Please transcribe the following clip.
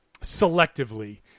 selectively